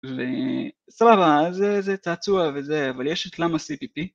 וסבבה, זה צעצוע וזה, אבל יש את llama.cpp